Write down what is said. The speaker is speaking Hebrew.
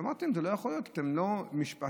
ואמרתי להם: זה לא יכול להיות.